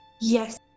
Yes